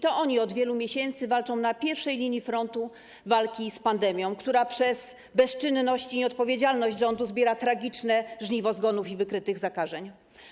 To oni od wielu miesięcy walczą na pierwszej linii frontu walki z pandemią, która przez bezczynność i nieodpowiedzialność rządu zbiera tragiczne żniwo, jeśli chodzi o zgony i wykryte zakażenia.